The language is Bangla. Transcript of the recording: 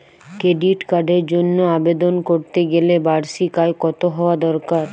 ক্রেডিট কার্ডের জন্য আবেদন করতে গেলে বার্ষিক আয় কত হওয়া দরকার?